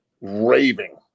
raving